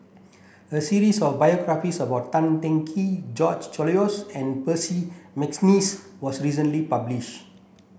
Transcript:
a series of biographies about Tan Teng Kee George Oehlers and Percy McNeice was recently publish